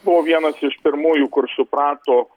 buvo vienas iš pirmųjų kur suprato